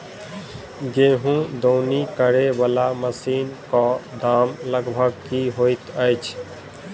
गेंहूँ दौनी करै वला मशीन कऽ दाम लगभग की होइत अछि?